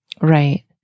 Right